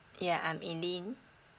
yeah I'm elaine